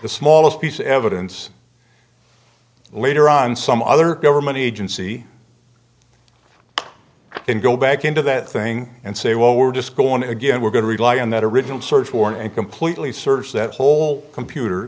the smallest piece of evidence later on some other government agency then go back into that thing and say well we're just going to again we're going to rely on that original search warrant and completely search that whole computer